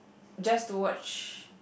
just to watch